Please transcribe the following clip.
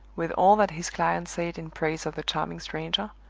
with all that his client said in praise of the charming stranger,